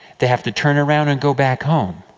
they have to turn around, and go back home.